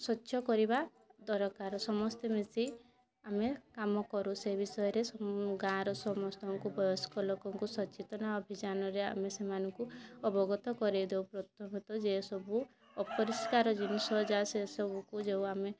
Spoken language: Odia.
ସ୍ୱଚ୍ଛ କରିବା ଦରକାର ସମସ୍ତେ ମିଶି ଆମେ କାମ କରୁ ସେ ବିଷୟରେ ଗାଁର ସମସ୍ତଙ୍କୁ ବୟସ୍କ ଲୋକଙ୍କୁ ସଚେତନ ଅଭିଯାନରେ ଆମେ ସେମାନଙ୍କୁ ଅବଗତ କରାଇ ଦଉ ପ୍ରଥମତଃ ଯିଏ ସବୁ ଅପରିଷ୍କାର ଜିନିଷ ଯାହା ସେ ସବୁକୁ ଯେଉଁ ଆମେ